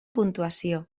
puntuació